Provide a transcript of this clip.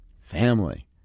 family